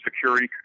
security